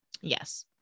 Yes